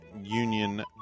Union